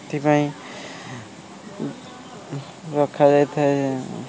ଏଥିପାଇଁ ରଖାଯାଇ ଥାଏ